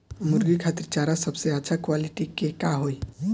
मुर्गी खातिर चारा सबसे अच्छा क्वालिटी के का होई?